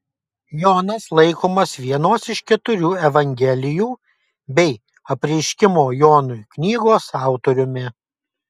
jonas laikomas vienos iš keturių evangelijų bei apreiškimo jonui knygos autoriumi